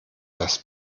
das